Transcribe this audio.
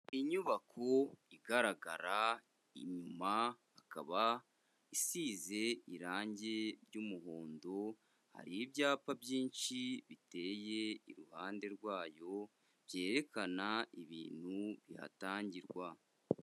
Inyubako igaragara inyuma hakaba isize irange ry'umuhondo, hari ibyapa byinshi biteye iruhande rwayo byerekana ibintu bihatangirwa.